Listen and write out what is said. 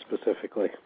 specifically